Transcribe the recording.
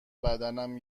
بدنم